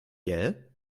gell